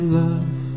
love